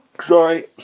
sorry